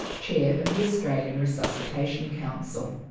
chair of the australian resuscitation council.